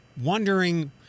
wondering